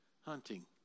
hunting